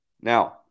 Now